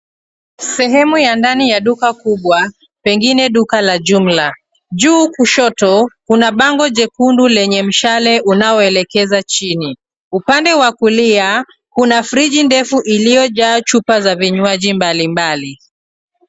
Sehemu ya ndani ya duka kubwa pengine duka la jumla. Juu kushoto, kuna bango jekundu lenye mshale unaoelekeza chini. Upande wa kulia, kuna friji ndefu iliyojaa chupa za vinywaji mbalimbali.